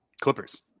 Clippers